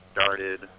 started